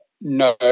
no